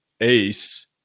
ace